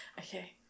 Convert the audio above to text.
Okay